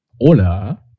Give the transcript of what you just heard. Hola